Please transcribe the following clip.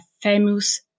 famous